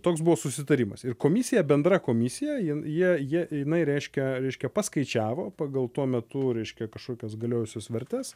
toks buvo susitarimas ir komisija bendra komisija ir jie jie jinai reiškia reiškia paskaičiavo pagal tuo metu reiškia kažkokias galiojusias vertes